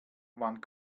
wann